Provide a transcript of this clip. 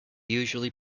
usually